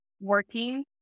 working